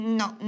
no